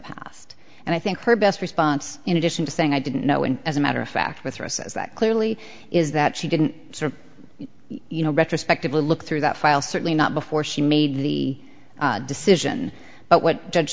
past and i think her best response in addition to saying i didn't know and as a matter of fact with races that clearly is that she didn't sort of you know retrospectively look through that file certainly not before she made the decision but what judge